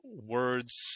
words